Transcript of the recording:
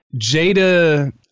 Jada